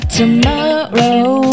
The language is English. tomorrow